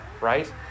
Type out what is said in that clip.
right